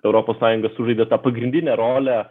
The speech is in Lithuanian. europos sąjunga sužaidė tą pagrindinę rolę